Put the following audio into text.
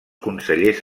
consellers